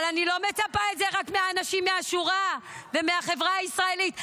אבל אני לא מצפה לזה רק מהאנשים מהשורה ומהחברה הישראלית,